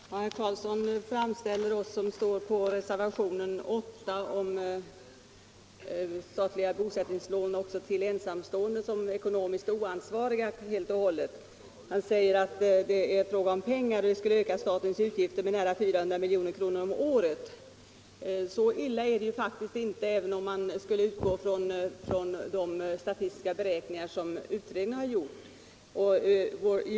Herr talman! Herr Karlsson i Huskvarna framställer oss som står för reservationen 8 om statliga bosättningslån också till ensamstående som helt och hållet ekonomiskt oansvariga. Han säger att en ändring enligt vårt förslag skulle öka statens utgifter med nära 400 milj.kr. om året. Så illa är det faktiskt inte, även om man utgår från de stavstiska beräkningar som utredningen har gjort.